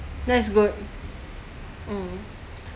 that is good um